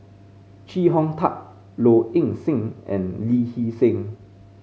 Chee Hong Tat Low Ing Sing and Lee Hee Seng